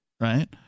right